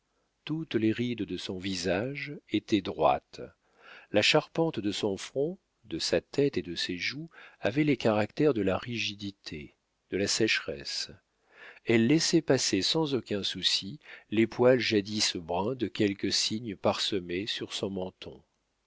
toutes les rides de son visage étaient droites la charpente de son front de sa tête et de ses joues avait les caractères de la rigidité de la sécheresse elle laissait pousser sans aucun souci les poils jadis bruns de quelques signes parsemés sur son menton